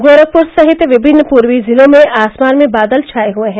गोरखपुर सहित विभिन्न पूर्वी जिलों में आसमान में बादल छाये हये है